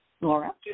Laura